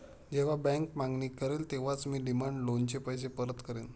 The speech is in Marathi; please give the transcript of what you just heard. जेव्हा बँक मागणी करेल तेव्हाच मी डिमांड लोनचे पैसे परत करेन